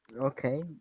Okay